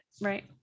right